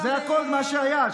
זה כל מה שהיה.